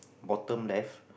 bottom left